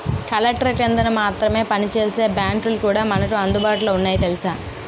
కలెక్టర్ల కిందన మాత్రమే పనిచేసే బాంకులు కూడా మనకు అందుబాటులో ఉన్నాయి తెలుసా